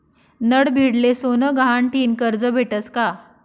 नडभीडले सोनं गहाण ठीन करजं भेटस का?